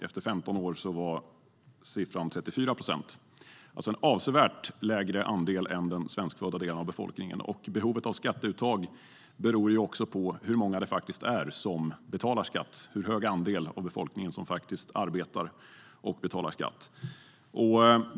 Efter 15 år var siffran 34 procent, alltså en avsevärt lägre andel än bland den svenskfödda delen av befolkningen. Behovet av skatteuttag beror också på hur hög andel av befolkningen som arbetar och betalar skatt.